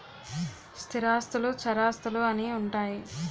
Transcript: స్థిరాస్తులు చరాస్తులు అని ఉంటాయి